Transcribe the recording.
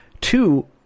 Two